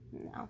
no